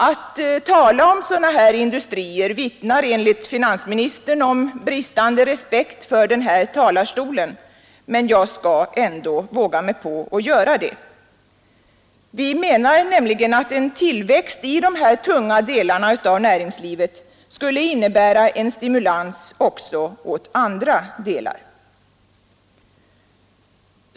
Att tala om sådana industrier vittnar enligt finansministern om bristande respekt för den här talarstolen, men jag skall ändå våga mig på att göra det. Vi menar nämligen att en tillväxt i dessa tunga delar av näringslivet skulle innebära en stimulans också åt andra delar.